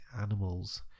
animals